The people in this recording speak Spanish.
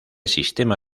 sistema